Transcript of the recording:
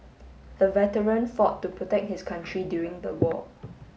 the veteran fought to protect his country during the war